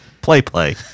Play-play